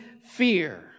fear